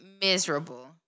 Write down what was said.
miserable